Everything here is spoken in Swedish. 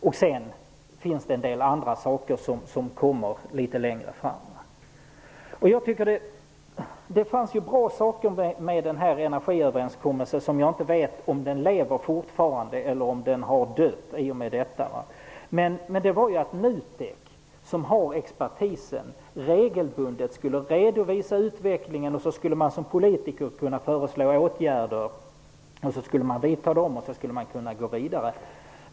Vidare finns det en del andra saker som kommer litet längre fram. Det fanns bra saker i energiöverenskommelsen. Men jag vet inte om den lever fortfarande eller har dött. NUTEK, som har expertisen, skulle regelbundet redovisa utvecklingen. Sedan skulle politiker föreslå åtgärder för att gå vidare.